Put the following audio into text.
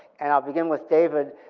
and i'll begin with david.